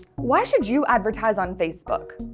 why should you advertise on facebook?